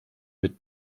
mit